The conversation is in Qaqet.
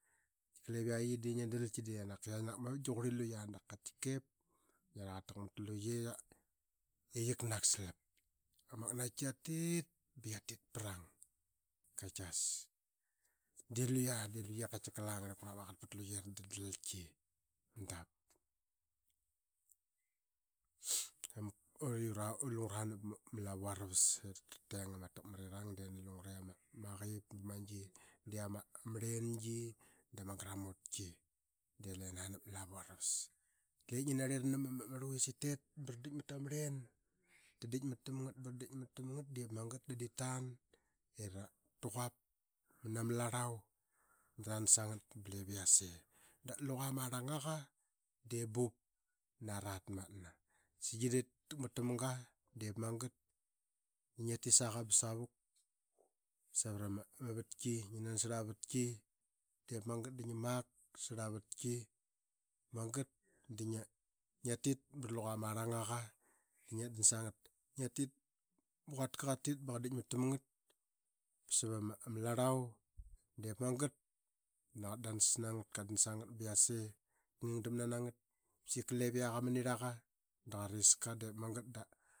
Tika lip qiak iyie di ngia dalki de naka qianak de qianak mavik da qurli luqa. Dap katitkep ba ngia rakatakmat ta luqe i qiknak salap ba ama aknaki ya tit ba qiatit prang katiasdelvya de luyep langarlip kurla ma qaqet pet luqa i rra daldal ki. Dap de lungura nap ma lavu aravus op ta teng ama takmarirang de ngana lungure tateng ama qip bama gi di ama arlengi. Da ma gramutik delina nap ma lavu aravus diip de ngi narli ranam ra ramu ama rluvis ip tet dara dikmat ip magat da diip tan i ra quap man ama larlau da ran sangat ba ip yase. Da luqa ma qrlqngaqa de bup ma ratnatna saqi dep ta rakmat tamga diip magat d angia tit saqa ba savuk savrama avatki. Ngi nansarl ama vatki diip magat da ngi mak sarl aa vatki. Magat da ngia tit ba ra luqa ma arlanaqa da ngia dan snagat. Ma quatka qati ba qa dikmat tam ngat ba savama larlau diip magat da qa dansas na ngat ba yase. Ka ngina damna na ngat sika lip qak ama nirlaqa da qariska diip magat da.